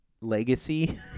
legacy